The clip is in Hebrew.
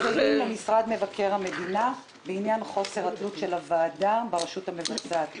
למשרד מבקר המדינה בעניין חוסר התלות של הוועדה ברשות המבצעת,